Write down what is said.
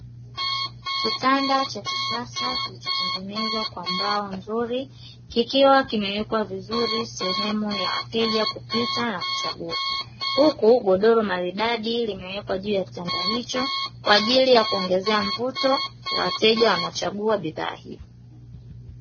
Kitanda cha kisasa kilichotengenezwa kwa mbao nzuri kikiwa kimewekwa vizuri sehemu ya wateja kupita na kuchagua, huku godoro maridadi limwekwa juu ya kitanda hicho ili kuongeza mvuto kwa wateja wanaochagua bidhaa hiyo.